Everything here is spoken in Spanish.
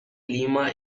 lima